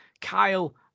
Kyle